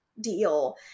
deal